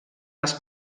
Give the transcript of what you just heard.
les